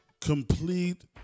Complete